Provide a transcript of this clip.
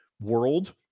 world